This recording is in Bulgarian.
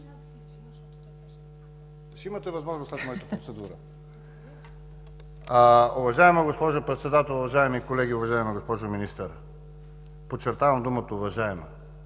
Ще имате възможност след моята процедура. (Смях.) Уважаема госпожо Председател, уважаеми колеги, уважаема госпожо Министър! Подчертавам думата „уважаема”,